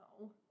no